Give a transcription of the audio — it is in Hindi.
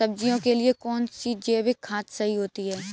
सब्जियों के लिए कौन सी जैविक खाद सही होती है?